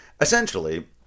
Essentially